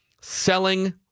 selling